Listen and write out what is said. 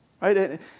Right